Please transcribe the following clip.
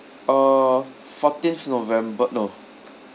uh fourteenth november no